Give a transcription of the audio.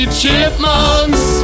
chipmunks